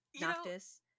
Noctis